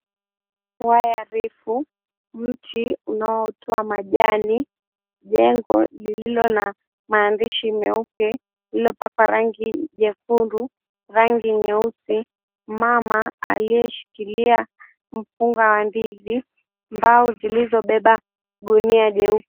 Waya refu, mti unaotoa majani, jengo lililo na maandishi meupe, lililopakwa rangi jekundu, rangi nyeusi. Mama aliyeshikilia mkunga wa ndizi. Mbao zilizobeba gunia leupe.